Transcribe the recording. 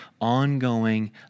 ongoing